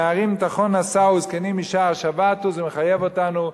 נערים טחון נשאו וזקנים משער שָבָתוּ זה מחייב אותנו,